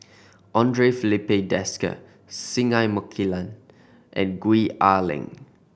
Andre Filipe Desker Singai Mukilan and Gwee Ah Leng